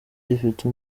gifite